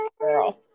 girl